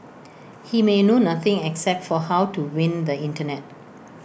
he may know nothing except for how to win the Internet